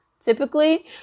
typically